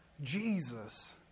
jesus